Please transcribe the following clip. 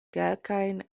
kelkajn